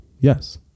Yes